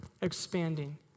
expanding